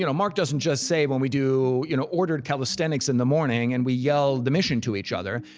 you know mark doesn't just say it when we do, you know, ordered calisthenics in the morning and we yell the mission to each other,